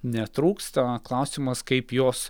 netrūksta klausimas kaip jos